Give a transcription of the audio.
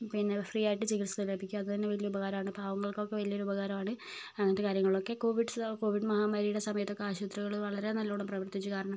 പിന്നെ ഫ്രീയായിട്ട് ചികിത്സ ലഭിക്കും അതുതന്നെ വലിയ ഉപകാരമാണ് പാവങ്ങൾക്കൊക്കെ വലിയൊരു ഉപകാരാണ് അങ്ങനത്തെ കാര്യങ്ങളൊക്കെ കോവിഡ് സ കോവിഡ് മഹാമാരിയുടെ സമയത്തൊക്കെ ആശുപത്രികൾ വളരെ നല്ലവണ്ണം പ്രവർത്തിച്ചു കാരണം